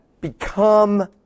become